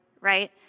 right